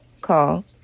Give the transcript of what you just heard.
call